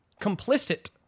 complicit